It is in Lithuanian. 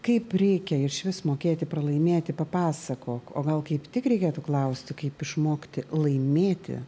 kaip reikia išvis mokėti pralaimėti papasakok o gal kaip tik reikėtų klausti kaip išmokti laimėti